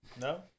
No